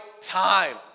time